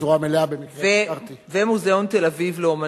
בצורה מלאה, ומוזיאון תל-אביב לאמנות.